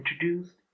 introduced